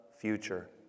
future